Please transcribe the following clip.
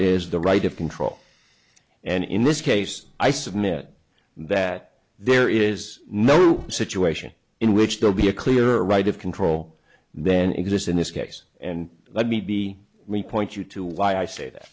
is the right of control and in this case i submit that there is no situation in which there be a clear right of control then exists in this case and let me be me point you to why i say that